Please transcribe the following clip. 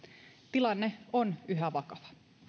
tilanne on yhä vakava